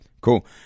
Cool